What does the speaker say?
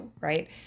right